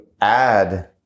add